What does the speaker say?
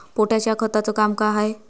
Potash या खताचं काम का हाय?